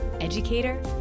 educator